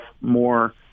more